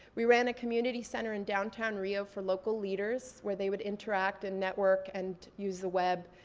we ran a community center in downtown rio for local leaders where they would interact, and network, and use the web,